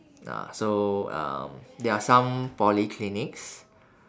uh so um there are some polyclinics